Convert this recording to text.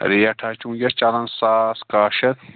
rate حظ چھِ وٕنۍکٮ۪س چلان ساس کَہہ شَتھ